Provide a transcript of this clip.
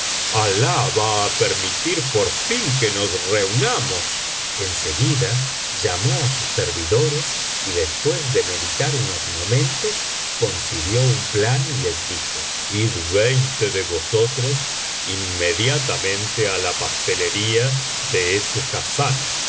á permitir por fin que nos reunamos en seguida llamó á sus servidores y después de meditar unos momentos concibió un plan y les dijo id veinte de vosotros inmediatamente á la pastelería de ese hassán